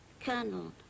Colonel